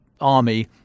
army